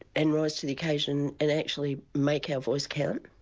and rise to the occasion and actually make our voice count.